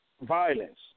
violence